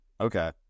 Okay